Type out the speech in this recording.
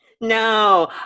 No